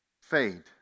fade